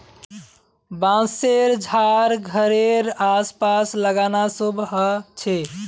बांसशेर झाड़ घरेड आस पास लगाना शुभ ह छे